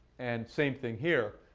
and same thing here.